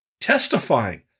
testifying